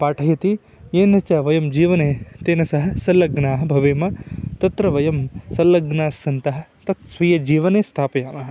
पाठयति तेन च वयं जीवने तेन सह सल्लग्नाः भवेम तत्र वयं सल्लग्नास्सन्तः तत् स्वीयजीवने स्थापयामः